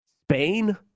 Spain